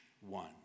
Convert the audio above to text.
one